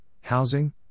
housing